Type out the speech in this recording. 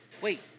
wait